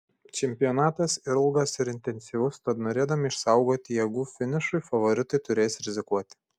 čempionatas ilgas ir intensyvus tad norėdami išsaugoti jėgų finišui favoritai turės rizikuoti